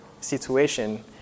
situation